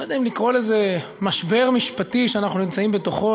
אני לא יודע אם לקרוא לזה "משבר משפטי" שאנחנו נמצאים בתוכו,